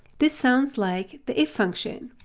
this sounds like the if function.